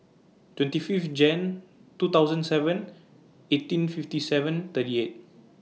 twenty five Jan two thousand seven eighteen fifty seven thirty eight